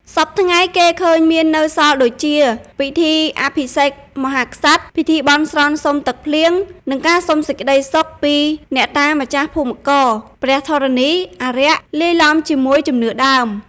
សព្វថ្ងៃ គេឃើញមាននៅសល់ដូចជា ពិធីអភិសេកមហាក្សត្រ ពិធីបន់ស្រន់សុំទឹកភ្លៀង និងការសុំសេចក្តីសុខពីអ្នកតាម្ចាស់ភូមិករ ព្រះធរណី អារក្ស (លាយឡំជាមួយជំនឿដើម)